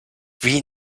wie